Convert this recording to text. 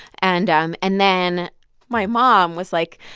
and um and then my mom was, like,